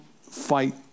fight